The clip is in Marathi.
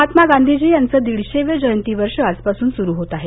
महात्मा गांधीजी यांचं दीडशेवं जयंती वर्ष आजपासून सुरू होत आहे